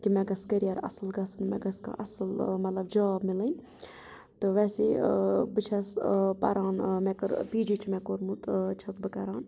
کہِ مےٚ گَژھہِ کیریر اصٕل گژھُن مےٚ گٔژھ کانٛہہ اصٕل مطلب جاب میلن تہٕ ویسے بہٕ چھس پران مےٚ کٔر پی جی چھُ مےٚ کوٚرمُت چھس بہٕ کران